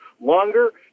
longer